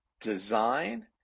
design